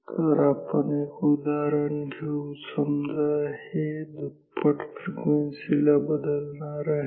तर आपण एक उदाहरण घेऊ समजा हे दुप्पट फ्रिक्वेन्सीला बदलणार आहे